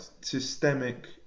Systemic